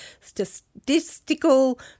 Statistical